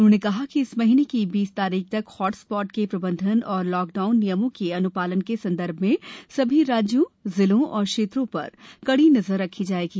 उन्होंने कहा कि इस महीने की बीस तारीख तक हॉट स्पॉट के प्रबंधन तथा लॉकडाउन नियमों के अनुपालन के संदर्भ में सभी राज्यों जिलों और क्षेत्रों पर कड़ी नजर रखी जायेगी